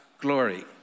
glory